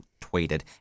tweeted